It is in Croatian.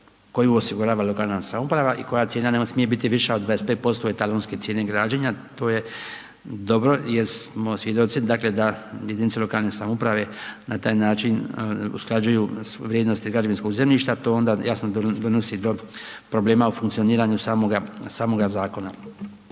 koju osigurava lokalna samouprava i koja cijena ne smije biti od 25% etalonske cijene građenja i to je dobro jer smo svjedoci dakle da jedinice lokalne samouprave na taj način usklađuju vrijednosti građevinskog zemljišta, to onda jasno donosi do problema u funkcioniranju samoga zakona.